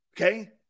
Okay